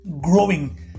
growing